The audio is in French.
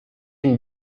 une